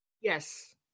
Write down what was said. yes